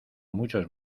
muchos